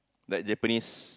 like Japanese